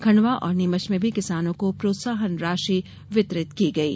खंडवा और नीमच में भी किसानों को प्रोत्साहन राशि वितरित की गयी